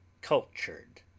Cultured